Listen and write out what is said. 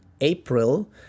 April